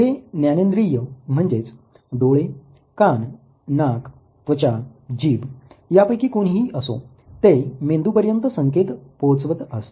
हे ज्ञानेंद्रिय म्हणजेच डोळे कान नाक त्वचा जीभ यापैकी कोणीही असो ते मेंदूपर्यंत संकेत पोहचवत असतात